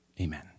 amen